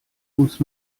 uns